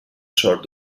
sort